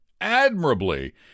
admirably